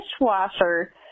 Dishwasher